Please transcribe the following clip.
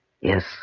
Yes